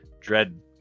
Dread